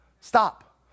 Stop